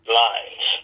lines